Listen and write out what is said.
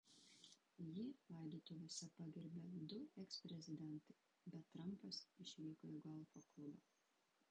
jį laidotuvėse pagerbė du eksprezidentai bet trampas išvyko į golfo klubą